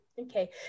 okay